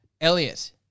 Elliot